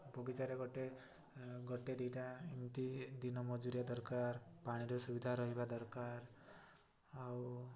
ବଗିଚାରେ ଗୋଟିଏ ଗୋଟିଏ ଦୁଇଟା ଏମିତି ଦିନ ମଜୁରିଆ ଦରକାର ପାଣିର ସୁବିଧା ରହିବା ଦରକାର ଆଉ